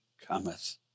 cometh